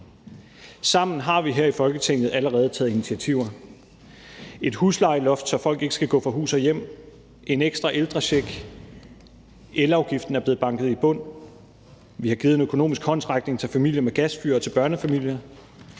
Sammen har vi her i Folketinget allerede taget initiativer: et huslejeloft, så folk ikke skal gå fra hus og hjem; en ekstra ældrecheck; elafgiften er blevet banket i bund; vi har givet en økonomisk håndsrækning til familier med gasfyr og til børnefamilier;